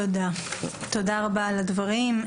תודה רבה על הדברים.